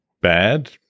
bad